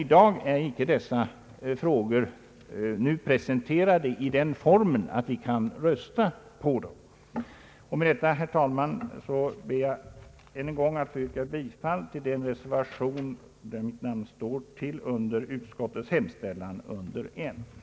I dag är dock inte dessa frågor presenterade i den formen att vi kan rösta om dem. Med detta, herr talman, ber jag än en gång att få yrka bifall till den reservation vid utskottets hemställan under M, där mitt namn finns med, i övrigt till utskottets hemställan.